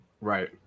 Right